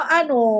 ano